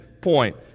point